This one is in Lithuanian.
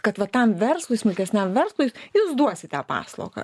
kad va tam verslui smulkesniam verslui jūs duosite paslaugą